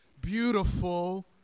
beautiful